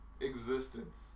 existence